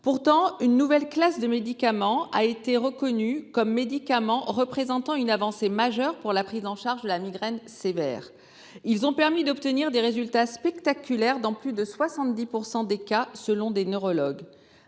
Pourtant, une nouvelle classe de médicaments a été reconnue comme représentant une avancée majeure pour la prise en charge de la migraine sévère. Ils ont permis d'obtenir « des résultats spectaculaires dans plus de 70 % des cas », selon des neurologues.